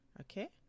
Okay